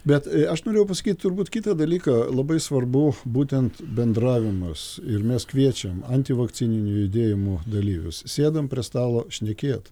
bet aš norėjau pasakyt turbūt kitą dalyką labai svarbu būtent bendravimas ir mes kviečiam antivakcininių judėjimų dalyvius sėdam prie stalo šnekėt